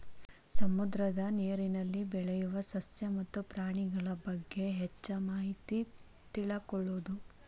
ಸಮುದ್ರದ ನೇರಿನಲ್ಲಿ ಬೆಳಿಯು ಸಸ್ಯ ಮತ್ತ ಪ್ರಾಣಿಗಳಬಗ್ಗೆ ಹೆಚ್ಚ ಮಾಹಿತಿ ತಿಳಕೊಳುದು